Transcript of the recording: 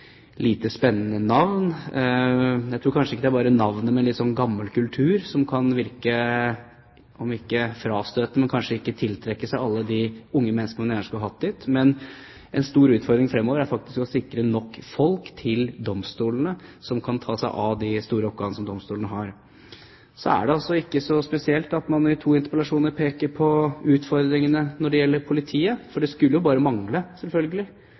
lite spennende navn. Jeg tror kanskje ikke det er bare navnet, men liksom en gammel kultur, som kan virke om ikke frastøtende, så kanskje ikke tiltrekkende for alle de unge menneskene man gjerne skulle hatt dit. Men en stor utfordring fremover er faktisk å sikre nok folk til domstolene som kan ta seg av de store oppgavene som domstolene har. Så er det ikke så spesielt at man i to interpellasjoner peker på utfordringene når det gjelder politiet. For det skulle selvfølgelig bare mangle,